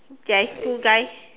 there is two guys